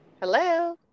hello